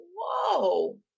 whoa